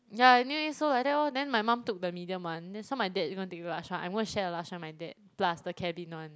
yeah anyway so like that lor then my mum took the medium one then so my dad is going to take the large one I'm gonna share the large one with my dad plus the cabin one